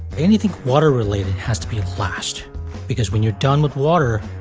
anything water related has to be last because when you're done with water,